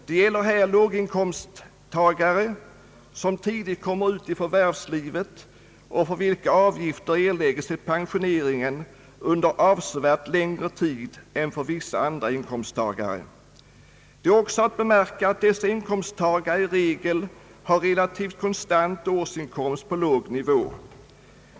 Det gäller här låginkomsttagare, som tidigt kommer ut i anställda, m.m. förvärvslivet och för vilka avgifter erläggs till pensioneringen under avsevärt längre tid än för vissa andra inkomsttagare. Det är också att märka att dessa inkomsttagare i regel har relativt konstant årsinkomst på låg nivå.